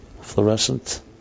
Fluorescent